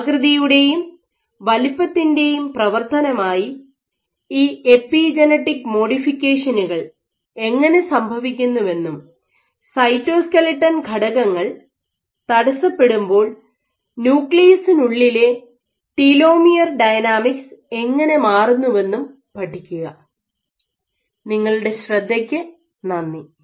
ആകൃതിയുടെയും വലുപ്പത്തിൻ്റെയും പ്രവർത്തനമായി ഈ എപിജനെറ്റിക് മോഡിഫിക്കേഷനുകൾ എങ്ങനെ സംഭവിക്കുന്നുവെന്നും സൈറ്റോസ്ക്ലെട്ടൺ ഘടകങ്ങൾ തടസ്സപ്പെടുമ്പോൾ ന്യൂക്ലിയസിനുള്ളിലെ ടീലോമിയർ ഡൈനാമിക്സ് എങ്ങനെ മാറുന്നുവെന്നും പഠിക്കുക